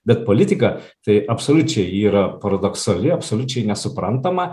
bet politika tai absoliučiai yra paradoksali absoliučiai nesuprantama